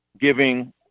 giving